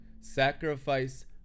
sacrifice